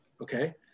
okay